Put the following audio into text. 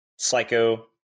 Psycho